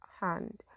hand